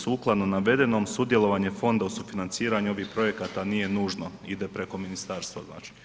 Sukladno navedenom, sudjelovanje fonda u sufinanciranju ovih projekata nije nužno, ide preko ministarstva.